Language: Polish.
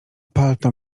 palto